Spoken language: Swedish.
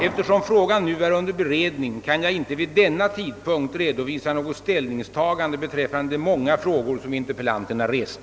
Eftersom frågan nu är under beredning, kan jag inte vid denna tidpunkt redovisa något ställningstagande beträffande de många frågor som interpellanterna rest.